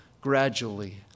gradually